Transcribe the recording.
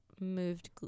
moved